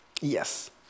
Yes